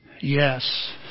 Yes